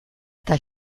eta